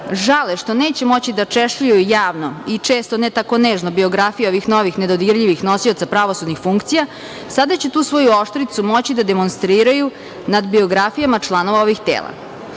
žale što neće moći da češljaju javno i često, ne tako nežno, biografije ovih novih nedodirljivih nosilaca pravosudnih funkcija, sada će tu svoju oštricu moći da demonstriraju nad biografijama članova ovih tela.